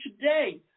today